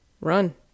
Run